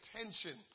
attention